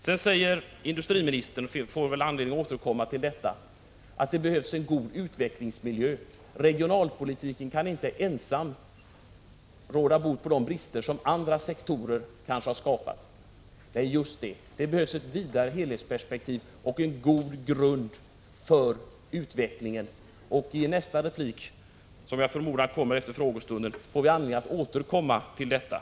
Sedan säger industriministern — och vi får väl anledning att återkomma till den saken — att det behövs en god utvecklingsmiljö. Regionalpolitiken kan inte ensam råda bot på de brister som andra sektorer kanske har skapat. Ja, just det. Det behövs ett vidare helhetsperspektiv och en god grund för utvecklingen. I nästa replik — det blir förmodligen efter frågestunden — får jag anledning att återkomma till detta.